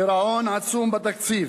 גירעון עצום בתקציב,